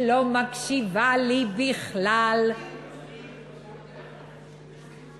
שלא מקשיבה לי בכלל, סליחה.